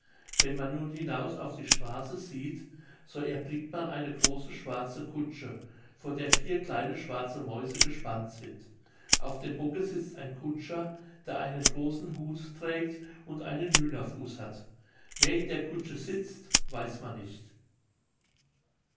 wenn man nun hinaus auf die straße sieht so erblickt man eine große schwarze kutsche vor der vier kleine schwarze mäuse gespannt sind auf dem bocke sitzt ein kutscher der einen großen hut trägt und einen hühnerfuß hat wer in der kutsche sitzt weiß man nicht